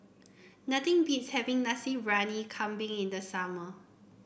nothing beats having Nasi Briyani Kambing in the summer